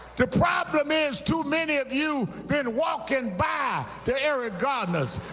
the problem is too many of you been walking by the eric garners,